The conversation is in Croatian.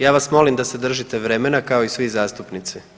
Ja vas molim da se držite vremena kao i svi zastupnici.